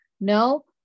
No